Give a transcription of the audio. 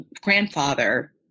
grandfather